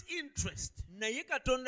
interest